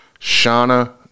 Shauna